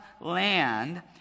land